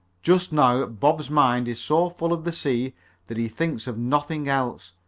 just now bob's mind is so full of the sea that he thinks of nothing else.